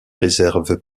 réserve